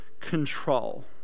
control